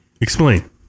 explain